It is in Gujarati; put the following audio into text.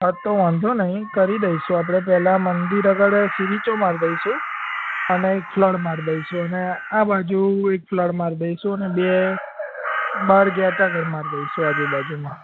હ તો વાંધોનઈ કરી દઇશું આપડે પેલા મંદિર અગળ સિરિચો માર દઇશું અને એક ફલ્ર માર દઇશું અને આ બાજુ એક ફલ્ર મારી દઇશું અને બે બાર ગેટ આગળ માર દઇશું આજુ બાજુમાં